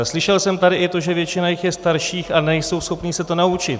Slyšel jsem tady i to, že většina jich je starších a nejsou schopni se to naučit.